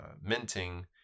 minting